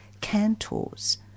cantors